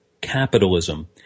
capitalism